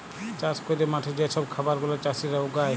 চাষ ক্যইরে মাঠে যে ছব খাবার গুলা চাষীরা উগায়